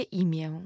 imię